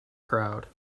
crowd